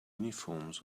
uniforms